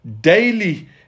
Daily